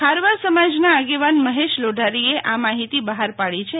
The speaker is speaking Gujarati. ખારવા સમાજના આગેવાન મહેશ લોઢારીએ આ માહિતી બહાર પાડી છે